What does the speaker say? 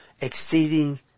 exceeding